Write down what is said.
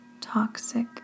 toxic